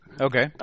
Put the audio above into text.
okay